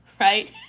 right